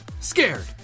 Scared